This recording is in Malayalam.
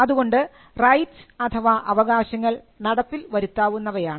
അതുകൊണ്ട് റൈറ്റ്സ് അഥവാ അവകാശങ്ങൾ നടപ്പിൽ വരുത്താവുന്നയാണ്